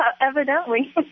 evidently